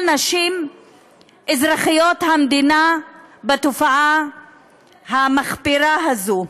נשים אזרחיות המדינה בתופעה המחפירה הזאת.